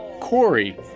Corey